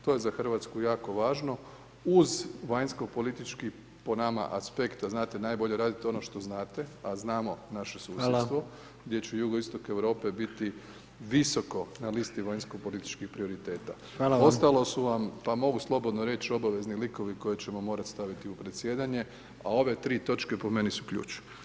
To je za Hrvatsku jako važno, uz vanjsko politički, po nama aspekt, a znate najbolje je raditi ono što znate, a znamo naše susjedstvo, gdje će jugoistok Europe biti visoko na listi vanjsko političkih prioriteta [[Upadica: Hvala.]] Ostalo su vam pa mogu slobodno reći, obavezni likovi koje ćemo morati staviti u predsjedanje, a ove 3 točke po meni su ključ.